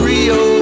Rio